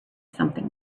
something